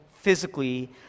physically